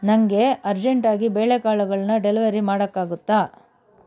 ನನಗೆ ಅರ್ಜೆಂಟಾಗಿ ಬೇಳೆಕಾಳುಗಳನ್ನ ಡೆಲಿವರಿ ಮಾಡೋಕ್ಕಾಗುತ್ತಾ